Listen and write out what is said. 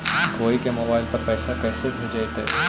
कोई के मोबाईल पर पैसा कैसे भेजइतै?